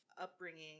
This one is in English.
upbringing